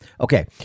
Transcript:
Okay